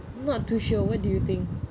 not too sure what do you think